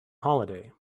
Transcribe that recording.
holiday